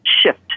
shift